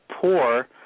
poor